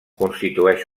constitueix